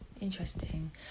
interesting